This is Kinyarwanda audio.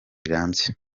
rirambye